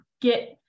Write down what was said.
get